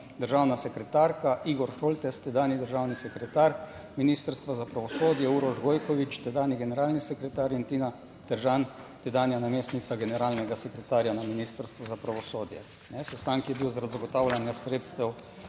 državna sekretarka, Igor Šoltes tedanji državni sekretar Ministrstva za pravosodje, Uroš Gojkovič tedanji generalni sekretar in Tina Teržan, tedanja namestnica generalnega sekretarja na Ministrstvu za pravosodje. Sestanek je bil zaradi zagotavljanja sredstev